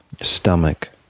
stomach